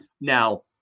Now